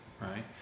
Right